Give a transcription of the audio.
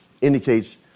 indicates